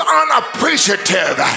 unappreciative